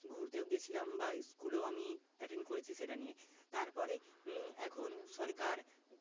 ঘুরতেও গেছিলাম বা স্কুলেও আমি এটেন্ড করেছি সেটা নিয়ে তারপরে এখন সরকার